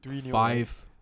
five